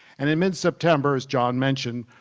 and in mid-september, as john mentioned,